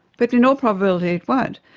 but in all probability it won't.